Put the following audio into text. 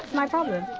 my problem.